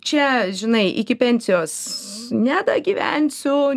čia žinai iki pensijos nedagyvensiu